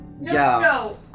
no